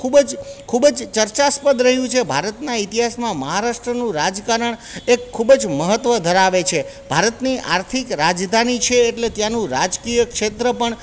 ખૂબ જ ખૂબ જ ચર્ચાસ્પદ રહ્યું છે ભારતના ઇતિહાસમાં મહારાષ્ટ્રનું રાજકારણ એક ખૂબ જ મહત્ત્વ ધરાવે છે ભારતની આર્થિક રાજધાની છે એટલે ત્યાંનું રાજકીય ક્ષેત્ર પણ